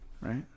Right